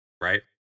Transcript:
Right